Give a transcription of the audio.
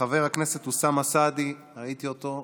חבר הכנסת אוסאמה סעדי ראיתי אותו,